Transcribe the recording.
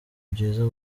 byiza